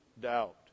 doubt